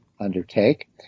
undertake